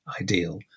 ideal